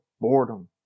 boredom